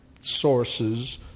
sources